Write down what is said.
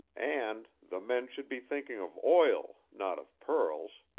and the men should be thinking of oil, not of pearls.